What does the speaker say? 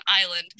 island